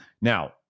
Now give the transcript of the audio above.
Now